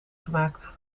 gemaakt